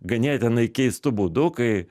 ganėtinai keistu būdu kai